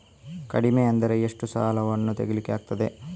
ಕಡಿಮೆ ಅಂದರೆ ಎಷ್ಟು ಸಾಲವನ್ನು ತೆಗಿಲಿಕ್ಕೆ ಆಗ್ತದೆ?